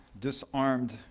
disarmed